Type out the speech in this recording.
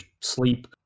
sleep